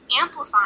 amplifying